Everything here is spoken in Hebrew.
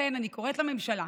לכן אני קוראת לממשלה: